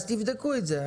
תבדקו את זה.